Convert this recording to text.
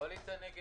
נגד, קואליציה.